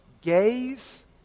gaze